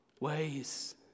ways